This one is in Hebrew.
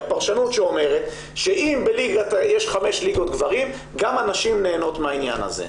היא הפרשנות שאומרת שאם יש חמש ליגות גברים גם הנשים נהנות מהעניין הזה.